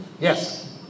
Yes